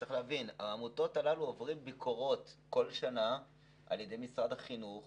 צריך להבין שהעמותות האלו עוברות ביקורת כל שנה על ידי משרד החינוך